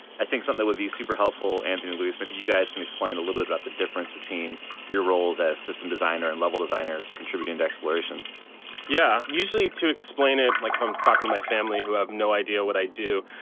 i think something that would be super helpful, anthony, luis, maybe you guys can explain a little bit about the difference between your roles as system designer and level designer, contributing to exploration. anthony yeah, usually to explain it like if i'm talking to my family who have no idea what i do.